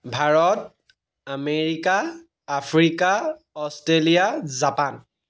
Bharat America Africa Australia Japan